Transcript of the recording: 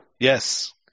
Yes